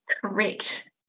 correct